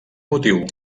motiu